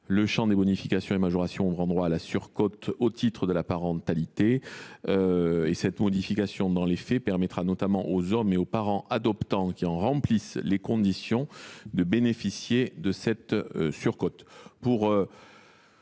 le champ des bonifications et des majorations ouvrant droit à la surcote au titre de la parentalité. En cas d’adoption de l’amendement, cette modification, dans les faits, permettra, notamment aux hommes et aux parents adoptants qui en remplissent les conditions de bénéficier de cette surcote.